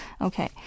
okay